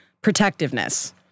protectiveness